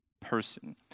person